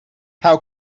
how